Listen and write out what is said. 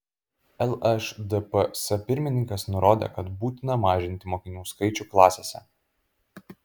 lšdps pirmininkas nurodė kad būtina mažinti mokinių skaičių klasėse